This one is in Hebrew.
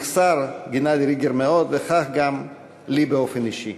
יחסר גנדי ריגר מאוד, וכך גם לי באופן אישי.